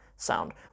sound